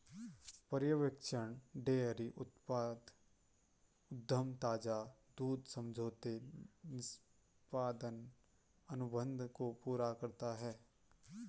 पर्यवेक्षण डेयरी उत्पाद उद्यम ताजा दूध समझौते निष्पादन अनुबंध को पूरा करता है